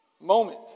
moment